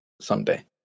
someday